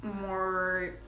more